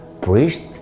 priest